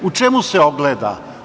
U čemu se ogleda?